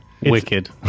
Wicked